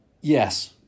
Yes